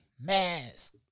mask